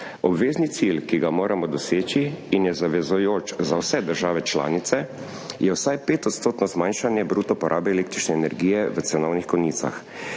Obvezni cilj, ki ga moramo doseči in je zavezujoč za vse države članice, je vsaj petodstotno zmanjšanje bruto porabe električne energije v cenovnih konicah.